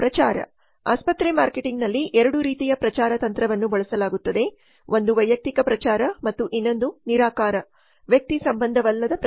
ಪ್ರಚಾರ ಆಸ್ಪತ್ರೆ ಮಾರ್ಕೆಟಿಂಗ್ನಲ್ಲಿ ಎರಡು ರೀತಿಯ ಪ್ರಚಾರ ತಂತ್ರವನ್ನು ಬಳಸಲಾಗುತ್ತದೆ ಒಂದು ವೈಯಕ್ತಿಕ ಪ್ರಚಾರ ಮತ್ತು ಇನ್ನೊಂದು ನಿರಾಕಾರ ವ್ಯಕ್ತಿ ಸಂಭಂಧವಲ್ಲದ ಪ್ರಚಾರ